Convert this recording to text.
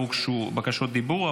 לא הוגשו בקשות דיבור,